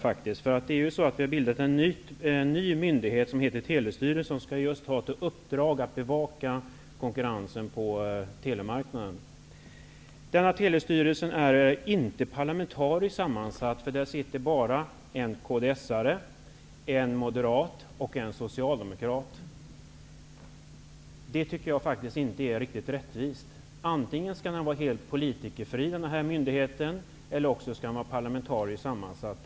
Vi har bildat en ny myndighet som heter Telestyrelsen som just skall ha till uppdrag att bevaka konkurrensen på telemarknaden. Telestyrelsen är inte parlamentariskt sammansatt. Där sitter bara en kds-are, en moderat och en socialdemokrat. Jag tycker faktiskt inte att det är riktigt rättvist. Antingen skall den här myndigheten vara helt politikerfri eller också skall den vara parlamentariskt sammansatt.